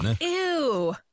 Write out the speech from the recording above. ew